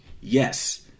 yes